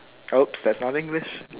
oops that's not English